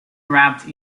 wrapped